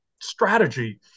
strategy